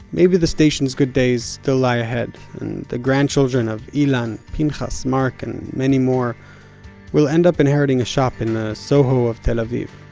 maybe the station's good days, they'll lie ahead and the grandchildren of ilan, pinchas, mark and many more will end up inheriting a shop in the soho of tel aviv.